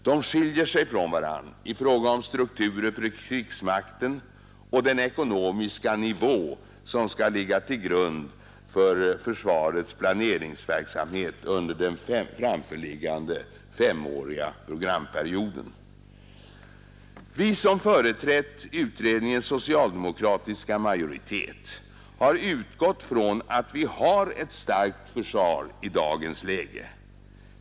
De skiljer sig från varandra i fråga om strukturer för krigsmakten och den ekonomiska nivå som skall ligga till grund för försvarets planeringsverksamhet under den framförliggande femåriga programperioden. Vi som företrätt utredningens socialdemokratiska majoritet har utgått från att vi har ett starkt försvar i dagens läge.